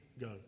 go